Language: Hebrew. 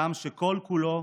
אדם שכל-כולו